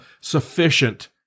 sufficient